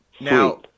Now